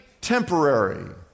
temporary